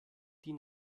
die